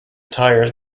tires